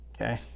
Okay